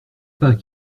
pas